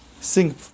Sing